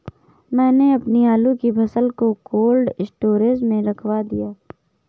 मैंने अपनी आलू की फसल को कोल्ड स्टोरेज में रखवा दिया